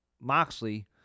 Moxley